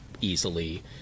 easily